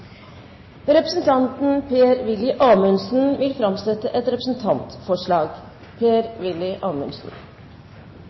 Representanten Elizabeth Skogrand vil framsette et representantforslag.